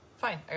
Fine